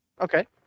Okay